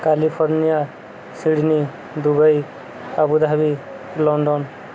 California Sydney Dubai Abu Dhabi London